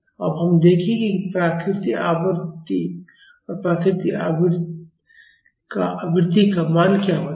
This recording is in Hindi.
अब हम देखेंगे प्राकृतिक आवर्त और प्राकृतिक आवृत्ति का मान क्या होता है